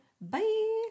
Bye